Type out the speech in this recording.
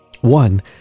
One